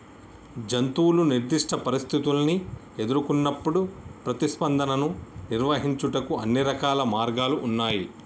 జంతువు నిర్దిష్ట పరిస్థితుల్ని ఎదురుకొన్నప్పుడు ప్రతిస్పందనను నిర్వహించుటకు అన్ని రకాల మార్గాలు ఉన్నాయి